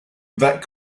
that